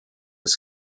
with